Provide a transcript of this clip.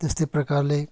त्यस्तै प्रकारले